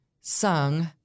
sung